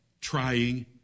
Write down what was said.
trying